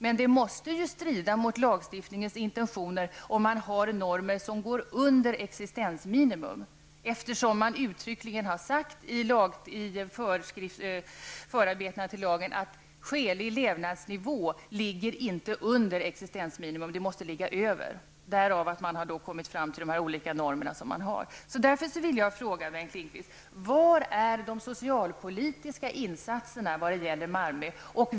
Men det måste ju strida mot lagstiftningens intentioner om man har normer som går under existensminimum, eftersom man uttryckligen i förarbetena till lagen har sagt att skälig levnadsnivå inte ligger under existensminimum, den måste ligga över existensminimum. Det är därför man har kommit fram till de här olika normerna som man har.